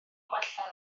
gwella